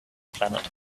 planet